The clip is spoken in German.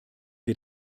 wir